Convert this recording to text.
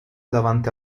davanti